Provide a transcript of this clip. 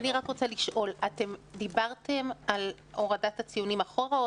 אני רק רוצה לשאול: אתם דיברתם על הורדת הציונים אחורה,